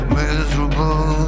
miserable